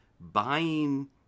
buying